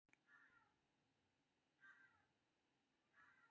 एकटा खास रकम एक खाता सं दोसर खाता मे हस्तांतरित करै खातिर चेक के उपयोग होइ छै